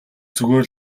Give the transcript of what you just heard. зүгээр